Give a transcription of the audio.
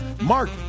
Mark